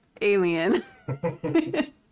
alien